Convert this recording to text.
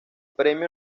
premio